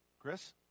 Chris